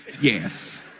yes